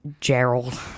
Gerald